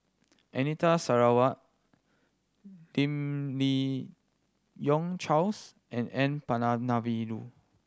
Anita Sarawak Lim Yi Yong Charles and N Palanivelu